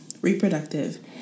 reproductive